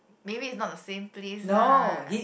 maybe it's not the same place lah